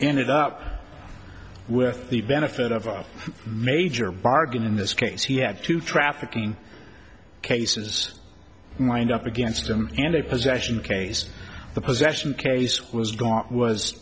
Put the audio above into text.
ended up with the benefit of a major bargain in this case he had to trafficking cases lined up against them and a possession case the possession case was